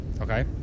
Okay